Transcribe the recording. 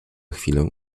chwilę